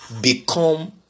become